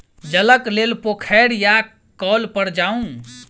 जलक लेल पोखैर या कौल पर जाऊ